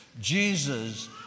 Jesus